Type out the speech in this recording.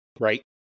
right